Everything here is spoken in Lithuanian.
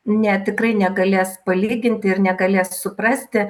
ne tikrai negalės palyginti ir negalės suprasti